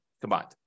combined